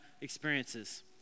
experiences